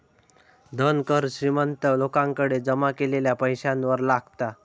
धन कर श्रीमंत लोकांकडे जमा केलेल्या पैशावर लागता